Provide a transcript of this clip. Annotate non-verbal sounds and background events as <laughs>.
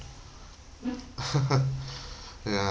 <laughs> <breath> ya